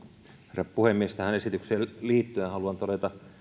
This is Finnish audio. herra puhemies tähän esitykseen liittyen haluan todeta